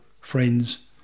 friends